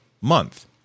month